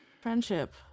Friendship